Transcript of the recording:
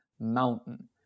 mountain